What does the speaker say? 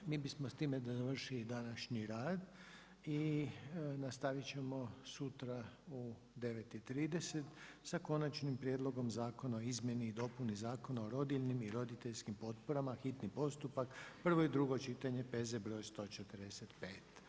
Mi bismo s time završili današnji rad i nastaviti ćemo sutra u 9,30 sa Konačnim prijedlogom zakona o izmjeni i dopuni Zakona o rodiljnim i roditeljskim potporama, hitni postupak, prvo i drugo čitanje, P.Z. br. 145.